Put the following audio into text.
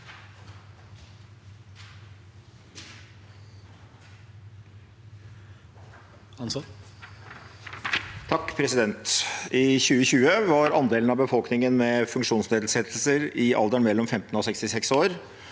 (MDG) I 2020 var an- delen av befolkningen med funksjonsnedsettelser i alderen mellom 15 og 66 år